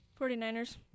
49ers